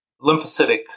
lymphocytic